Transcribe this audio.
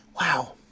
Wow